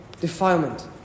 defilement